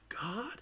God